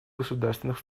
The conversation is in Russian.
государственных